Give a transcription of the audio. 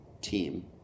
team